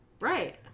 Right